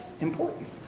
important